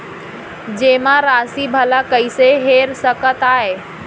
जेमा राशि भला कइसे हेर सकते आय?